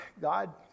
God